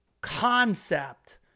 concept